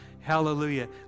Hallelujah